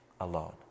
alone